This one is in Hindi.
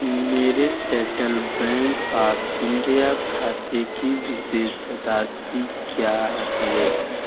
मेरे सेंट्रल बैंक ऑफ़ इंडिया खाते की विशेष राशि क्या है